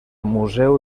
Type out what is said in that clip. museu